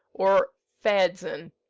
or fadzean,